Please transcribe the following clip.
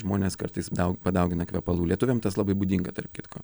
žmonės kartais daug padaugina kvepalų lietuviam tas labai būdinga tarp kitko